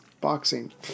Boxing